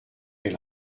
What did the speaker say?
elle